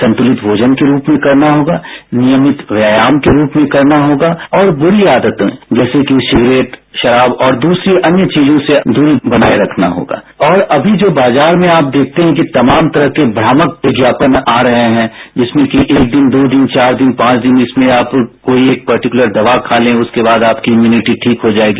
संतुलित भोजन के रूप में करना होगा नियमित व्यायाम के रूप में करना होगा और बुरी आदतों जैसे कि सिगरेट शराब और दूसरी अन्य चीजों से दूरी बनाए रखना होगा और अमी जो बाजार में आप देखते हैं कि तमाम तरह के भ्रामक विज्ञापन आ रहे हैं जिसमें कि एक दिन दो दिन चार दिन पांच दिन इसमें आप कोई एक पर्टिकुलर दवा खा लें उसके बाद आपकी इम्युनिटी ठीक हो जाएगी